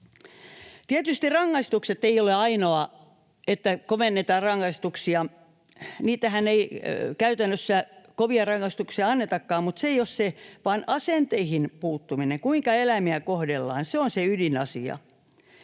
Tietysti ydinasia ei ole se, että kovennetaan rangaistuksia — niitähän ei käytännössä kovia annetakaan — vaan asenteisiin puuttuminen, kuinka eläimiä kohdellaan, on se ydinasia.